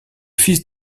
fils